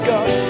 God